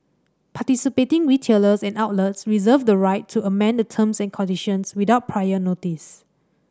participating retailers and outlets reserve the right to amend the terms and conditions without prior notice